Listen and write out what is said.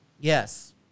Yes